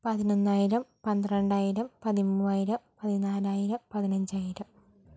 പതിനൊന്നായിരം പന്ത്രണ്ടായിരം പതിമൂവായിരം പതിനാലായിരം പതിനാഞ്ചായിരം